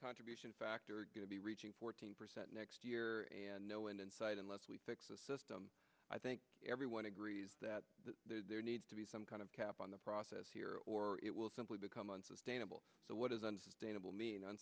contribution factor are going to be reaching fourteen percent next year and no end in sight unless we fix the system i think everyone agrees that there needs to be some kind of cap on the process here or it will simply become unsustainable what is unsustainable mean